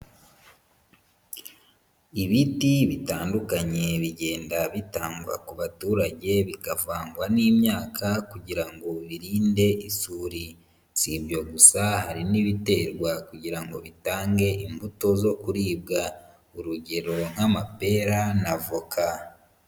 Ibiti bitandukanye bigenda bitangwa ku baturage bikavangwa n'imyaka kugira ngo birinde isuri. Si ibyo gusa hari n'ibiterwa kugira ngo bitange imbuto zo kuribwa, urugero nk'amapera na voka.